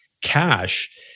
cash